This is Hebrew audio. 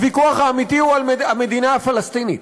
הוויכוח האמיתי הוא על המדינה הפלסטינית,